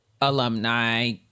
alumni